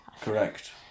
Correct